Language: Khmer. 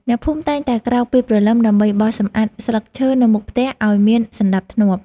អ្នកភូមិតែងតែក្រោកពីព្រលឹមដើម្បីបោសសម្អាតស្លឹកឈើនៅមុខផ្ទះឱ្យមានសណ្តាប់ធ្នាប់។